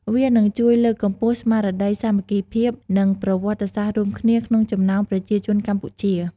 វានឹងជួយលើកកម្ពស់ ស្មារតីសាមគ្គីភាព និង ប្រវត្តិសាស្ត្ររួមគ្នា ក្នុងចំណោមប្រជាជនកម្ពុជា។